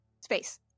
Space